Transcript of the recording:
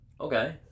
Okay